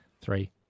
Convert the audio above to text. Three